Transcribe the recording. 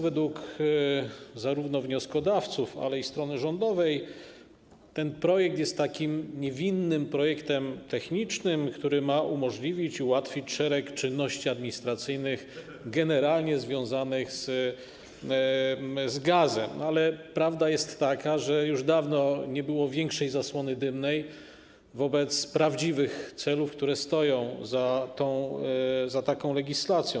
Według zarówno wnioskodawców, jak i strony rządowej ten projekt jest takim niewinnym projektem technicznym, który ma umożliwić, ułatwić szereg czynności administracyjnych generalnie związanych z gazem, ale prawda jest taka, że już dawno nie było większej zasłony dymnej wobec prawdziwych celów, które stoją za taką legislacją.